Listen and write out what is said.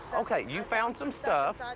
ok you found some stuff.